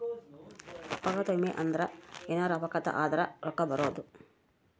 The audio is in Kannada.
ಅಪಘಾತ ವಿಮೆ ಅಂದ್ರ ಎನಾರ ಅಪಘಾತ ಆದರ ರೂಕ್ಕ ಬರೋದು